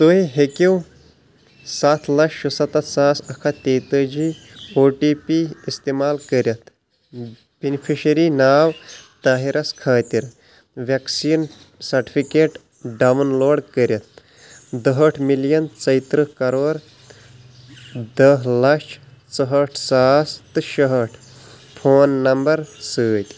تُہۍ ہیٚکِو سَتھ لَچھ شُسَتَتھ ساس اَکھ ہَتھ تیٚیہِ تٲجی او ٹی پی اِستعمال کٔرِتھ بیٚنفِشٲری ناو طاہِرَس خٲطِر وٮ۪کسیٖن سَٹفٕکیٹ ڈاوُن لوڈ کٔرِتھ دٕہٲٹھ مِلیَن ژۄیہِ تٕرٛہ کرور دَہ لَچھ ژُہٲٹھ ساس تہٕ شٕہٲٹھ فون نَمبَر سۭتۍ